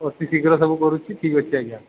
ଅତି ଶୀଘ୍ର ସବୁ କରୁଛି ଠିକ୍ ଅଛି ଆଜ୍ଞା